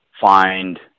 find